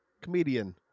Comedian